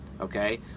okay